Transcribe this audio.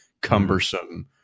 cumbersome